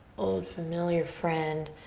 old familiar friend.